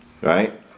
Right